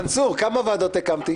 מנסור, כמה ועדות הקמתי?